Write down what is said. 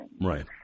Right